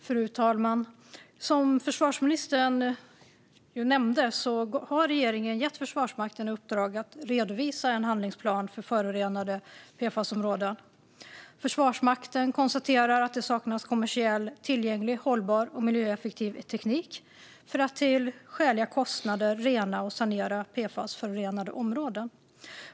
Fru talman! Som försvarsministern nämnde har regeringen gett Försvarsmakten i uppdrag att redovisa en handlingsplan för förorenade PFAS-områden. Försvarsmakten konstaterar att det saknas kommersiellt tillgänglig, hållbar och miljöeffektiv teknik för att till skäliga kostnader rena och sanera PFAS-förorenade områden.